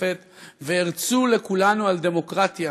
המשותפת והרצו לכולנו על דמוקרטיה,